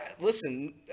listen